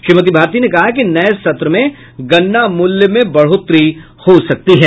श्रीमती भारती ने कहा कि नये सत्र में गन्ना मूल्य में बढ़ोतरी हो सकती है